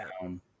down